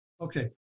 Okay